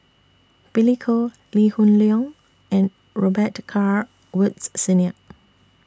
Billy Koh Lee Hoon Leong and Robet Carr Woods Senior